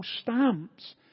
stamps